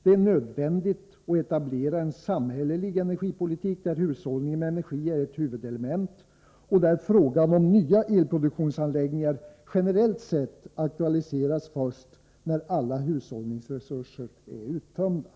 Det är nödvändigt att etablera en samhällelig energipolitik där hushållningen med energi är ett huvudelement och där frågan om nya elproduktionsanläggningar generellt sett aktualiseras först när alla hushållningsresurser är uttömda.